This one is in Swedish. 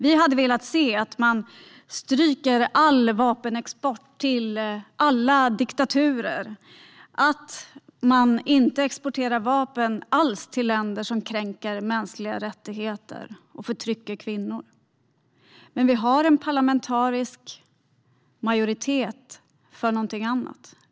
Vi hade velat se att man hade strukit all vapenexport till alla diktaturer, att man inte exporterar några vapen alls till länder som kränker mänskliga rättigheter och förtrycker kvinnor. Men vi har en parlamentarisk majoritet för någonting annat.